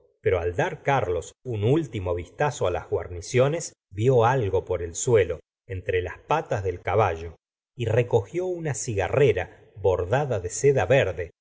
pero al dar carlos un último vistazo las guarniciones vió algo por el suelo entre las patas del caballo y recogió una cigarrera bordada de seda verde